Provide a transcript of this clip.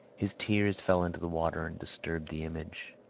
his tears fell into the water and disturbed the image.